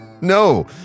No